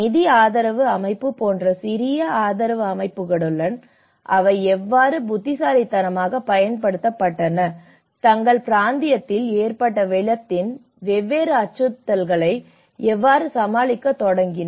நிதி ஆதரவு அமைப்பு போன்ற சிறிய ஆதரவு அமைப்புகளுடன் அவை எவ்வாறு புத்திசாலித்தனமாகப் பயன்படுத்தப்பட்டன தங்கள் பிராந்தியத்தில் ஏற்பட்ட வெள்ளத்தின் வெவ்வேறு அச்சுறுத்தல்களை எவ்வாறு சமாளிக்கத் தொடங்கின